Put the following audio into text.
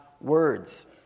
words